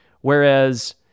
whereas